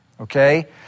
okay